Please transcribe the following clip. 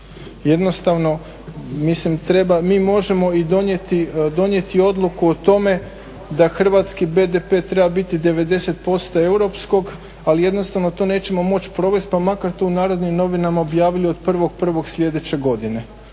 treba, mi možemo i donijeti odluku o tome da hrvatski BDP treba biti 90% europskog, ali jednostavno to nećemo moći provesti pa makar to u Narodnim novinama objavili od 1.1. sljedeće godine.